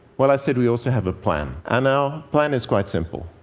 well, i said we also have a plan. and our plan is quite simple.